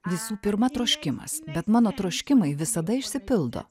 visų pirma troškimas bet mano troškimai visada išsipildo